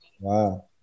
Wow